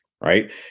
right